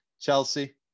chelsea